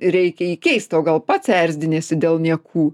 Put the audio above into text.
reikia jį keist o gal pats erzdiniesi dėl niekų